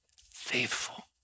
faithful